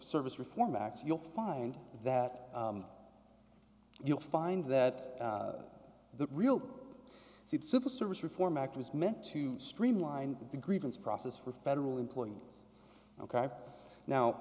service reform act you'll find that you'll find that the real civil service reform act was meant to streamline the grievance process for federal employees ok now